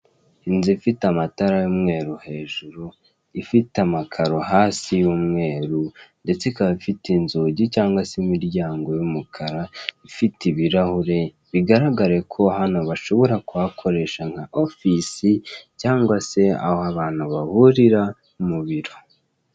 Inzu ifite amatara y'umweru hajuru ifite amakaro hasi y'umweru ndetse ikaba ifite inzugi cyangwa imiryango y'umukara ifite ibirahure bigaragare ko hano bashobora kuhakoresha nka ofisi cyangwa se aho abantu bahurira mu biro.